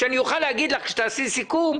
שאני אוכל להגיד לך כשתעשי סיכום: